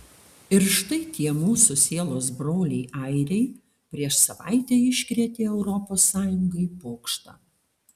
ir štai tie mūsų sielos broliai airiai prieš savaitę iškrėtė europos sąjungai pokštą